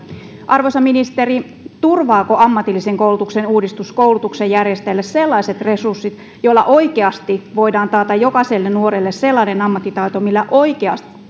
arvoisa ministeri turvaako ammatillisen koulutuksen uudistus koulutuksenjärjestäjälle sellaiset resurssit joilla oikeasti voidaan taata jokaiselle nuorelle sellainen ammattitaito millä oikeasti